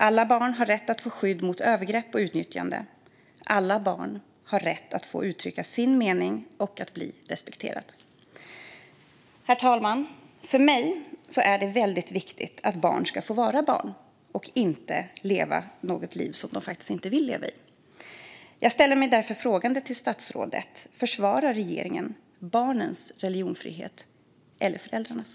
Alla barn har rätt att få skydd mot övergrepp och utnyttjande. Alla barn har rätt att få uttrycka sin mening och bli respekterade. Herr talman! För mig är det viktigt att barn får vara barn och inte tvingas leva ett liv de inte vill. Jag frågar därför statsrådet: Försvarar regeringen barnens religionsfrihet eller föräldrarnas?